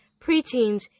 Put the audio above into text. preteens